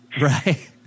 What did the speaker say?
right